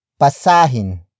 pasahin